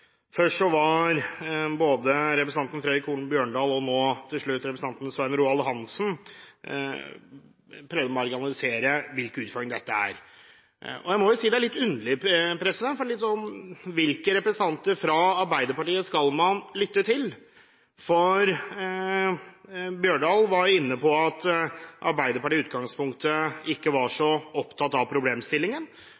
Først prøvde Fredric Holen Bjørdal, og nå til slutt representanten Svein Roald Hansen, å marginalisere denne utfordringen. Jeg må jo si det er litt underlig: Hvilke representanter fra Arbeiderpartiet skal man lytte til? For Bjørdal var inne på at Arbeiderpartiet i utgangspunktet ikke var så